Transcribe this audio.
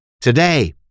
today